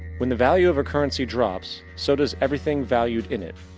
when the value of a currency drops, so does everything valued in it.